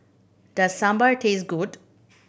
does Sambar taste good